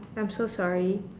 I'm so sorry